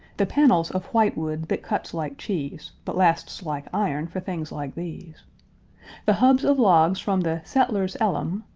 the panels of whitewood, that cuts like cheese, but lasts like iron for things like these the hubs of logs from the settler's ellum,